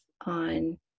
on